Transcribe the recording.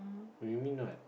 you remain not